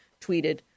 tweeted